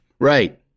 Right